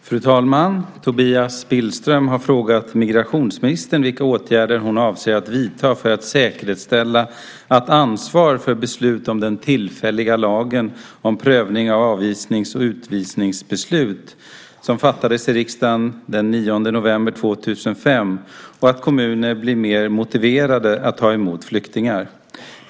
Fru talman! Tobias Billström har frågat migrationsministern vilka åtgärder hon avser att vidta för att säkerställa att ansvar tas för beslutet om den tillfälliga lagen om ny prövning av avvisnings och utvisningsbeslut som fattades i riksdagen den 9 november 2005 och att kommuner blir mer motiverade att ta emot flyktingar.